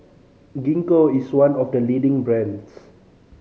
Gingko is one of the leading brands